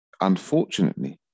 Unfortunately